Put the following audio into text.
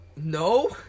No